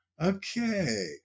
okay